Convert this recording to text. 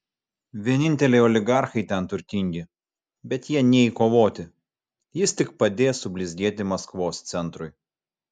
vieninteliai oligarchai ten turtingi bet jie nei kovoti jis tik padės sublizgėti maskvos centrui